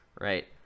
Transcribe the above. right